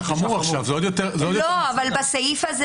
אבל בסעיף (3)